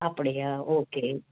அப்படியா ஓகே